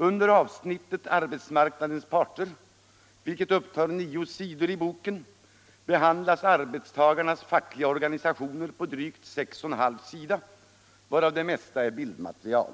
Under avsnittet om arbetsmarknadens parter, vilket upptar nio sidor i boken, behandlas arbetstagarnas fackliga organisationer på drygt sex och en halv sida, varav det mesta är bildmaterial.